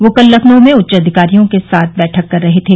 वह कल लखनऊ में उच्चाधिकारियों के साथ बैठक कर रहे थे